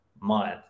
month